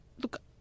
Look